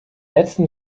letzten